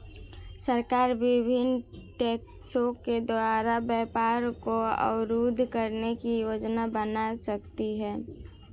सरकार विभिन्न टैक्सों के द्वारा व्यापार को अवरुद्ध करने की योजना बना सकती है